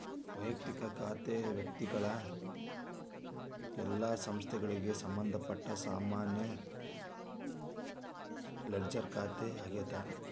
ವಯಕ್ತಿಕ ಖಾತೆ ವ್ಯಕ್ತಿಗಳು ಇಲ್ಲಾ ಸಂಸ್ಥೆಗಳಿಗೆ ಸಂಬಂಧಪಟ್ಟ ಸಾಮಾನ್ಯ ಲೆಡ್ಜರ್ ಖಾತೆ ಆಗ್ಯಾದ